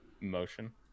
motion